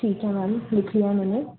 ठीक है मैम लिख लिया मैंने